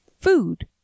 food